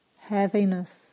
heaviness